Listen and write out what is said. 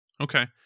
Okay